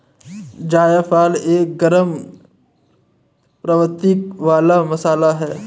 जायफल एक गरम प्रवृत्ति वाला मसाला है